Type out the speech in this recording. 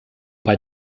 bei